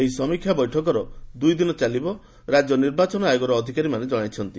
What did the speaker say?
ଏହି ସମୀକ୍ଷା ବୈଠକ ଦୁଇ ଦିନ ଚାଲିବ ବୋଲି ରାଜ୍ୟ ନିର୍ବାଚନ ଆୟୋଗର ଅଧିକାରୀମାନେ ଜଣାଇଛନ୍ତି